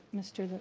mr.